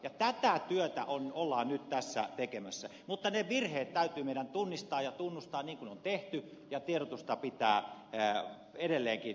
ja tätä työtä ollaan nyt tässä tekemässä mutta ne virheet täytyy meidän tunnistaa ja tunnustaa niin kuin on tehty ja tiedotusta pitää edelleenkin tehostaa